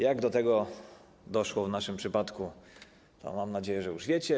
Jak do tego doszło w naszym przypadku, mam nadzieję, że już wiecie.